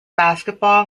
basketball